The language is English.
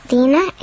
Dina